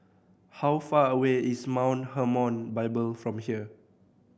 how far away is Mount Hermon Bible from here